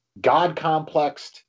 God-complexed